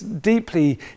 deeply